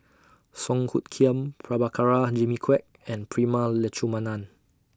Song Hoot Kiam Prabhakara Jimmy Quek and Prema Letchumanan